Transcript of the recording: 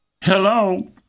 Hello